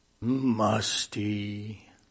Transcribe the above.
musty